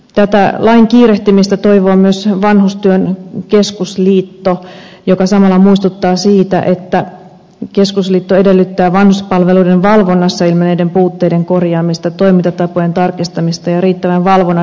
tätä lain kiirehtimistä toivoo myös vanhustyön keskusliitto joka samalla muistuttaa siitä että keskusliitto edellyttää vanhuspalveluiden valvonnassa ilmenneiden puutteiden korjaamista toimintatapojen tarkistamista ja riittävän valvonnan resursointia